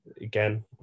again